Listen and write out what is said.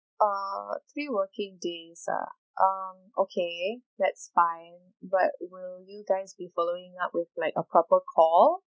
uh three working days ah um okay that's fine but will you guys be following up with like a proper call